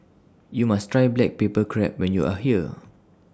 YOU must Try Black Pepper Crab when YOU Are here